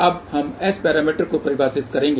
अब हम S parameter को परिभाषित करेंगे